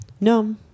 No